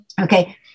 Okay